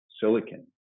silicon